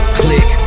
click